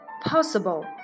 possible